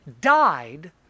died